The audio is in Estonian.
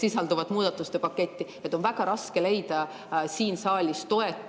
sisalduvat muudatuste paketti – saaks leida toetust, nii et